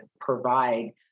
provide